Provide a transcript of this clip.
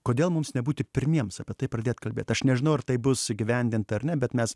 kodėl mums nebūti pirmiems apie tai pradėt kalbėt aš nežinau ar tai bus įgyvendinta ar ne bet mes